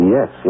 Yes